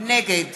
נגד